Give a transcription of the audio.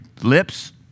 lips